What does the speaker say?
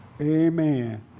Amen